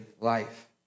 life